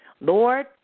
Lord